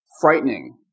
frightening